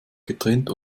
getrennt